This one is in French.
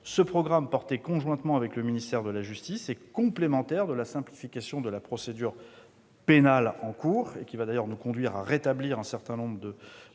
Ce programme porté conjointement avec le ministère de la justice est complémentaire de la simplification de la procédure pénale en cours, qui nous conduira à rétablir un certain nombre de